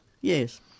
Yes